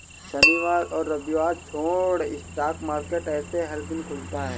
शनिवार और रविवार छोड़ स्टॉक मार्केट ऐसे हर दिन खुलता है